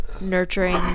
nurturing